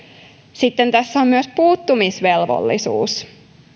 sitten tässä on myös puuttumisvelvollisuus